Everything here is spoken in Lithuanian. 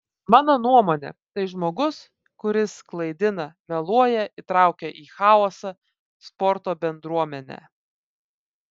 mano nuomone tai žmogus kuris klaidina meluoja įtraukia į chaosą sporto bendruomenę